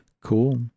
Cool